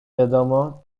wiadomo